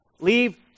Leave